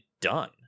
done